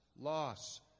loss